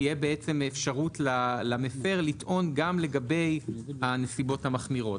תהיה בעצם אפשרות למפר לטעון גם לגבי הנסיבות המחמירות,